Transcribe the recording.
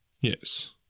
Yes